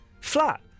flat